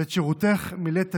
ואת שירותך מילאת תמיד,